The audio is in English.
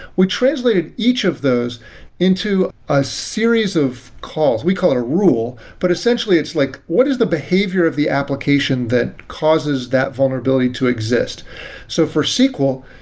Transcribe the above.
we translated each of those into a series of calls. we call it a rule, but essentially it's like what is the behavior of the application that causes that vulnerability to exist so for sql,